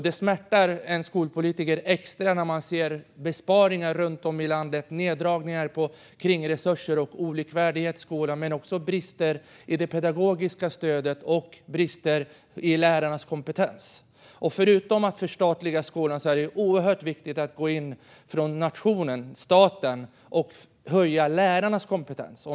Det smärtar en skolpolitiker extra att runt om i landet se besparingar och neddragningar av kringresurser, olikvärdighet i skolan och brister i det pedagogiska stödet och i lärarnas kompetens. Förutom att förstatliga skolan är det oerhört viktigt att man från nationen, staten, går in och höjer lärarnas kompetens.